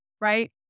right